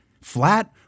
Flat